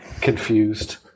Confused